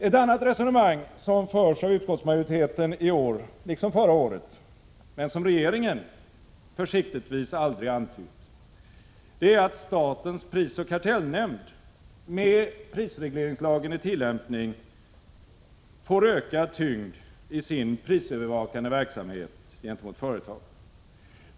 Ett annat resonemang som förs av utskottsmajoriteten i år liksom förra året, men som regeringen försiktigtvis aldrig antytt, är att statens prisoch kartellnämnd med prisregleringslagen i tillämpning får ökad tyngd i sin prisövervakande verksamhet gentemot företagen.